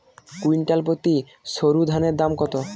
Quintal প্রতি সরুধানের দাম কত?